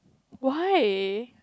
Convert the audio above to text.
why